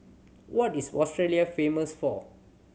what is Australia famous for